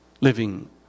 living